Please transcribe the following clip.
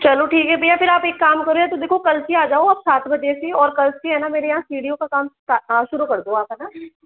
चलो ठीक है भैया फिर आप एक काम करो या तो देखो कल से आजाओ आप सात बजे से और कल से हे न मेरे यहाँ सीढ़ियों का काम शुरू कर दो आप है न